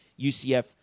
UCF